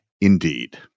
indeed